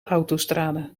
autostrade